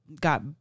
got